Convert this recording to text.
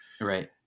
right